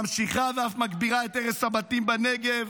ממשיכה ואף מגבירה את הרס הבתים בנגב.